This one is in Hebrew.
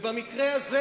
ובמקרה הזה,